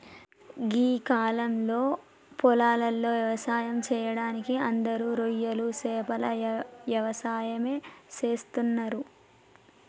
గీ కాలంలో పొలాలలో వ్యవసాయం సెయ్యడానికి అందరూ రొయ్యలు సేపల యవసాయమే చేస్తున్నరు